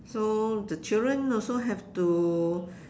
so the children also have to